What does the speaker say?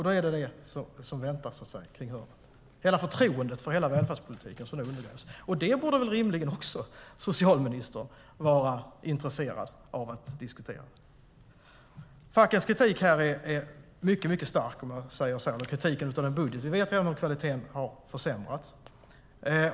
Det är vad som väntar runt hörnet. Förtroendet för välfärdspolitiken undergrävs. Det borde rimligen också socialministern vara intresserad av att diskutera. Fackens kritik av budgeten är mycket stark. Vi vet att kvaliteten har försämrats.